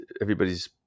Everybody's